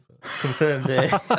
Confirmed